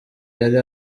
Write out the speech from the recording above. yari